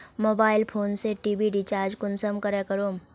Mobile phone से TV recharge कुंसम करे करूम?